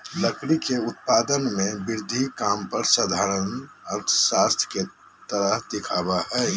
लकड़ी के उत्पादन में वृद्धि काम पर साधारण अर्थशास्त्र के तरह दिखा हइ